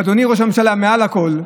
ואדוני ראש הממשלה, מעל הכול,